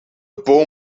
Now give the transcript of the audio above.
bomen